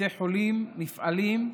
בתי חולים, מפעלים,